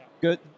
good